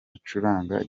acuranga